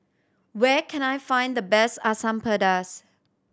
where can I find the best Asam Pedas